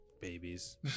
babies